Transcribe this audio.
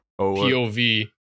POV